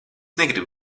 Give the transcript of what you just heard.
negribu